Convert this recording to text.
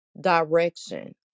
direction